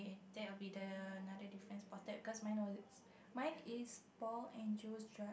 that will be the another difference spotted because mine was mine is Paul and Joe's